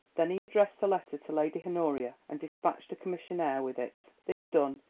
then he addressed the letter to lady honoria and dispatched a commissionaire with it. this done,